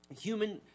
human